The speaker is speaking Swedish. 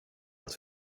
att